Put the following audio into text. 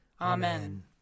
Amen